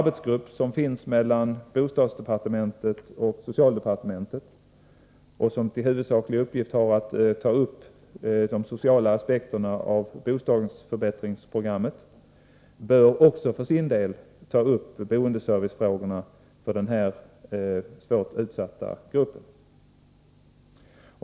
Bostadsdepartementets och socialdepartementets arbetsgrupp, som har till huvudsaklig uppgift att studera de sociala aspekterna av bostadsförbättringsprogrammet, bör också ta upp boendeservicefrågorna för den här svårt utsatta gruppen.